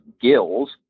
gills